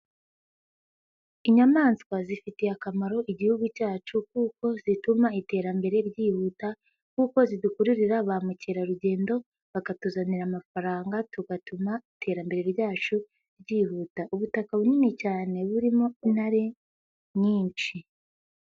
Inyamaswa zifitiye akamaro Igihugu cyacu kuko zituma iterambere ryihuta kuko zidukuririra ba mukerarugendo bakatuzanira amafaranga tugatuma iterambere ryacu ryihuta, ubutaka bunini cyane burimo intare nyinshi.